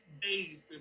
days